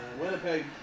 Winnipeg